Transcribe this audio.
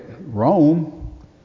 Rome